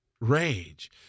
rage